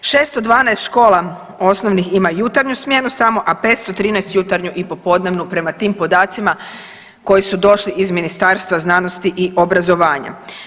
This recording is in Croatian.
612 škola osnovnih ima jutarnju smjenu samo, a 513 jutarnju i popodnevnu prema tim podacima koji su došli iz Ministarstva znanosti i obrazovanja.